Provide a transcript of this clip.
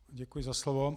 Děkuji za slovo.